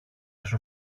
σου